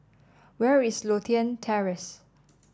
where is Lothian Terrace